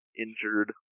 injured